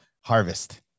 harvest